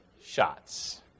shots